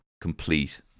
complete